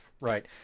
Right